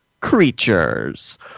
creatures